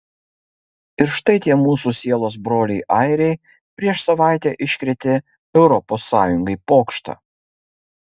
ir štai tie mūsų sielos broliai airiai prieš savaitę iškrėtė europos sąjungai pokštą